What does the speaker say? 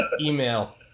Email